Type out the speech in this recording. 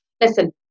Listen